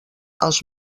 als